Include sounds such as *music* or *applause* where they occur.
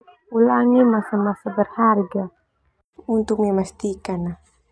*noise* Ulangi masa masa berharga *noise* untuk memastikan.